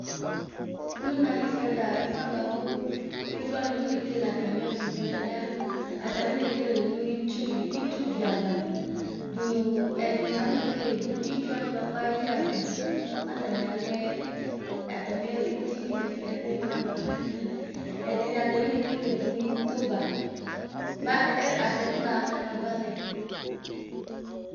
Nʋnɔ nanɩfʋɛ ɛta ɛfʋ wanɩ bʋakʋ ɩvlɔ anɩ afɔ nekele atamɩ ɛfʋvlɛ lɛa atami akɔ nekele nʋ ɩtsʋlɩ li itsʋvɩ ava li dʋnʋ ɛdɩnɩ afɔ nekele dʋ itsʋ wanɩ kʋ ayɩlɩ adʋlʋ mɛ atanɩ alɛ atamɩ ɛdɩnɩ nɛfa atanɩ afɔnaba ʋk nɛfɛ ɛdinɩ atanɩ akɔnekele dʋnʋ itʋ ava mɛ atanɩ afɔnaxa kana balɛ.